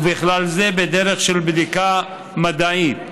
ובכלל זה בדרך של בדיקה מדעית.